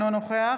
אינו נוכח